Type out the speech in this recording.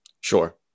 sure